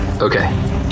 Okay